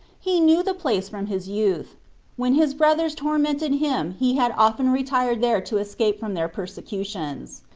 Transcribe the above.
he knew the place from his youth when his brothers tormented him he had often retired there to es cape from their persecutions.